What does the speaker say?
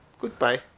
Goodbye